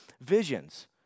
visions